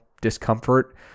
discomfort